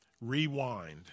Rewind